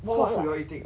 what food you'll eating